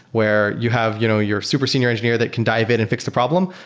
where you have you know your super senior engineer that can dive in and fix the problem,